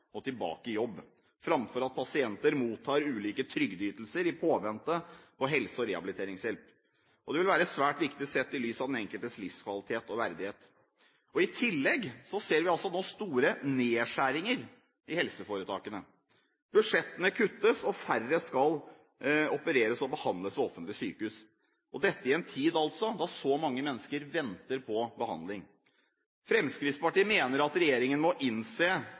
og tilbake i jobb framfor at pasienter mottar ulike trygdeytelser i påvente av helse- og rehabiliteringshjelp, og det vil være svært viktig sett i lys av den enkeltes livskvalitet og verdighet. I tillegg ser vi altså nå store nedskjæringer i helseforetakene. Budsjettene kuttes, og færre skal opereres og behandles ved offentlige sykehus – og dette altså i en tid da så mange mennesker venter på behandling. Fremskrittspartiet mener at regjeringen må innse